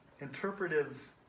interpretive